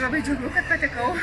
labai džiugu kad patekau